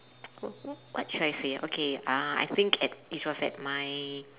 wh~ wh~ what should I say okay uh I think at it was at my